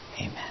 Amen